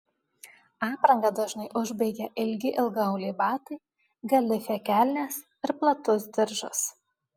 aprangą dažnai užbaigia ilgi ilgaauliai batai galifė kelnės ir platus diržas